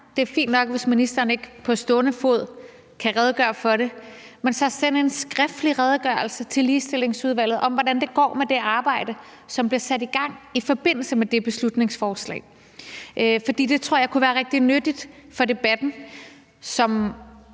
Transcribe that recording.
det er fint nok, hvis ministeren ikke på stående fod kan redegøre for det, men jeg vil så bare bedre ministeren om at sende en skriftlig redegørelse til Ligestillingsudvalget om, hvordan det går med det arbejde, som blev sat i gang i forbindelse med det beslutningsforslag. For det tror jeg kunne være rigtig nyttigt for debatten, og